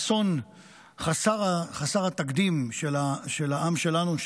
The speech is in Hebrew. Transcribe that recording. האסון חסר התקדים של העם שלנו,